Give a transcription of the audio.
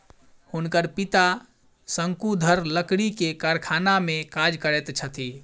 हुनकर पिता शंकुधर लकड़ी के कारखाना में काज करैत छथि